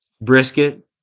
Brisket